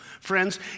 Friends